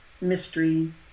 mystery